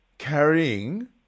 carrying